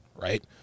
right